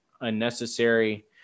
unnecessary